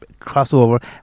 crossover